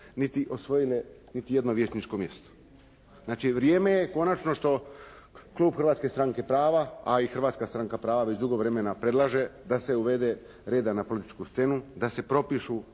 niti osvojile niti jedno vijećničko mjesto. Znači vrijeme je konačno što klub Hrvatske stranke prava, a i Hrvatska stranka prava već dugo predlaže da se uvede reda na političku scenu, da se propišu